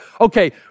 Okay